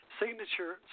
signature